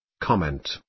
Comment